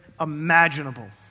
imaginable